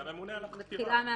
זה הממונה על החקירה.